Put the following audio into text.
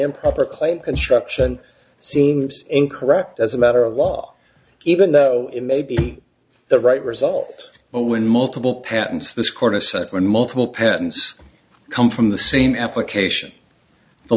improper claim construction seems incorrect as a matter of law even though it may be the right result when multiple patents this court assent when multiple patents come from the same application the